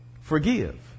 Forgive